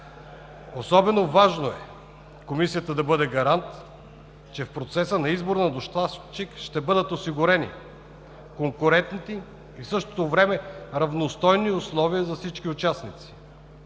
Особено важно е Комисията да бъде гарант, че в процеса на избор на доставчик ще бъдат осигурени конкурентни и в същото време равностойни условия за всички участници,